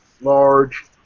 large